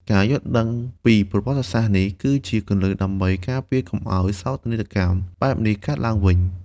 ការយល់ដឹងពីប្រវត្តិសាស្ត្រនេះ គឺជាគន្លឹះដើម្បីការពារកុំឱ្យសោកនាដកម្មបែបនេះកើតឡើងវិញ។